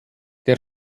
der